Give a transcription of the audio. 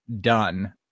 done